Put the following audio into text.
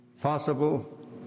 possible